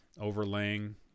overlaying